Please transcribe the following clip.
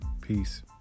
Peace